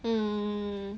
hmm